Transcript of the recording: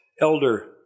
elder